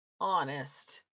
honest